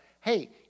hey